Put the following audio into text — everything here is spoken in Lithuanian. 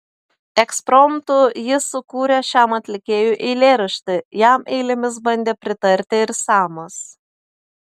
ekspromtu jis sukūrė šiam atlikėjui eilėraštį jam eilėmis bandė pritarti ir samas